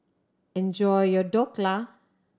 enjoy your Dhokla